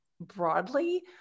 Broadly